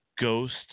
Ghost